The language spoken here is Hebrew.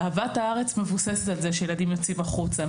אהבת הארץ מבוססת על זה שילדים יוצאים החוצה.